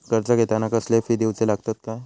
कर्ज घेताना कसले फी दिऊचे लागतत काय?